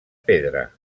pedra